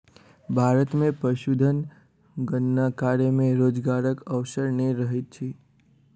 भारत मे पशुधन गणना कार्य मे रोजगारक अवसर नै रहैत छै